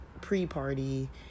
pre-party